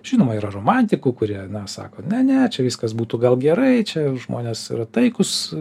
žinoma yra romantikų kurie na sako ne ne čia viskas būtų gal gerai čia žmonės yra taikūs